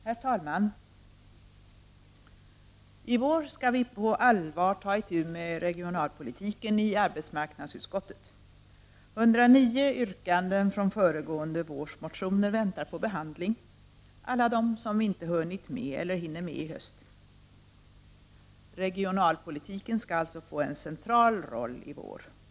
Herr talman! I vår skall vi på allvar ta itu med regionalpolitiken i arbetsmarknadsutskottet. 109 yrkanden från föregående vårs motioner väntar på behandling — alla de som vi inte hunnit med eller hinner med i höst. Regionalpolitiken skall få en central roll i vår.